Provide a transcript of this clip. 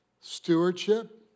Stewardship